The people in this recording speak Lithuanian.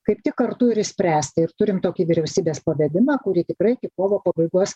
kaip tik kartu ir išspręsti ir turim tokį vyriausybės pavedimą kurį tikrai iki kovo pabaigos